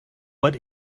what